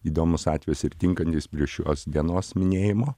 įdomus atvejis ir tinkantis prie šios dienos minėjimo